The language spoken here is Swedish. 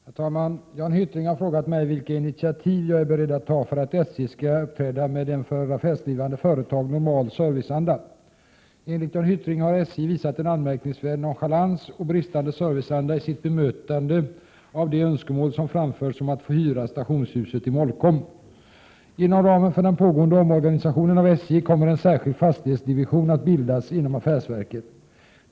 Herr talman! Jan Hyttring har frågat mig vilka initiativ jag är beredd att ta för att SJ skall uppträda med en för affärsdrivande företag normal serviceanda. Enligt Jan Hyttring har SJ visat en anmärkningsvärd nonchalans och bristande serviceanda i sitt bemötande av de önskemål som framförts om att få hyra stationshuset i Molkom. Inom ramen för den pågående omorganisationen av SJ kommer en särskild fastighetsdivision att bildas inom affärsverket.